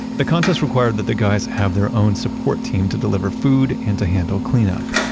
the contest required that the guys have their own support team to deliver food and to handle cleanup.